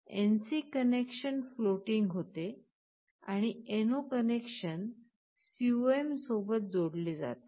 NC connection floating होते आणि NO connection COM सोबत जोडले जाते